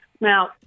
Now